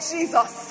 Jesus